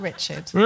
Richard